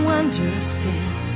understand